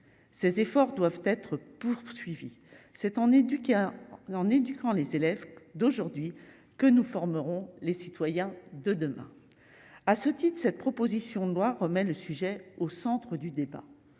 ces efforts doivent être poursuivis cette année du coeur en éduquant les élèves d'aujourd'hui que nous formerons les citoyens de demain à ce type de cette proposition de loi remet le sujet au centre du débat